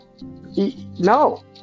no